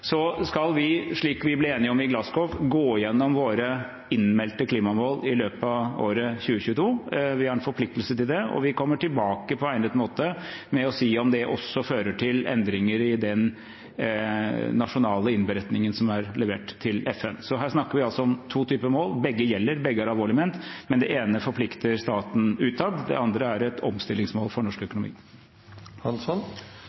skal vi, slik vi ble enige om i Glasgow, gå igjennom våre innmeldte klimamål i løpet av året 2022. Vi har en forpliktelse til det, og vi kommer tilbake på egnet måte med å si om det også fører til endringer i den nasjonale innberetningen som er levert til FN. Her snakker vi altså om to typer mål. Begge gjelder, begge er alvorlig ment, men det ene forplikter staten utad, det andre er et omstillingsmål for norsk